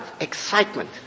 excitement